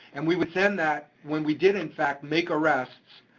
and we would send that when we did in fact make arrests,